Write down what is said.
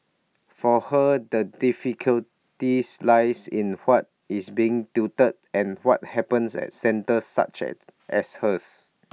for her the difficulties lies in what is being tutored and what happens at centres such as as her